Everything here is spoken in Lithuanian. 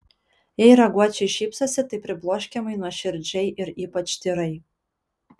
jei raguočiai šypsosi tai pribloškiamai nuoširdžiai ir ypač tyrai